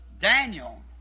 Daniel